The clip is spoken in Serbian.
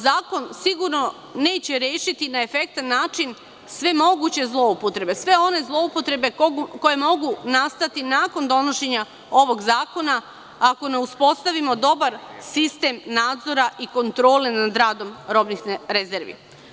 Zakon sigurno neće rešiti na efektan način sve moguće zloupotrebe, sve one zloupotrebe koje mogu nastati nakon donošenja ovog zakona, ako ne uspostavimo dobar sistem nadzora i kontrole nad radom robnih rezervi.